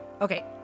okay